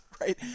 Right